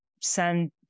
send